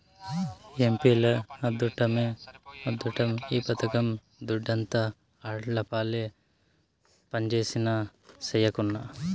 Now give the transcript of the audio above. ఎంపీల అద్దుట్టమే అద్దుట్టం ఈ పథకం దుడ్డంతా ఆళ్లపాలే పంజేసినా, సెయ్యకున్నా